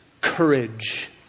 courage